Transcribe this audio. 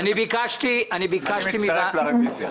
אני מצטרף לרוויזיה.